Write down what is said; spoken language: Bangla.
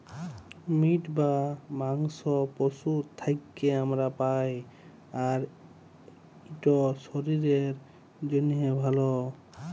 মিট বা মাংস পশুর থ্যাকে আমরা পাই, আর ইট শরীরের জ্যনহে ভাল